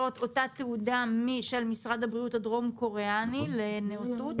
אותה תעודה של משרד הבריאות הדרום קוריאני לנאותות?